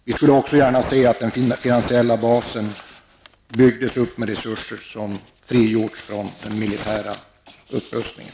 Vi skulle också gärna se att den finansiella basen byggdes upp med resurser som frigjorts från den militära upprustningen.